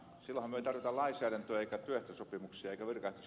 timo mylläri salaiselle eikä työehtosopimuksia jyrkät